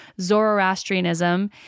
Zoroastrianism